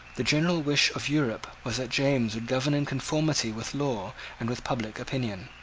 the general wish of europe was that james would govern in conformity with law and with public opinion.